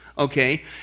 Okay